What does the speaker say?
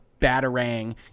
Batarang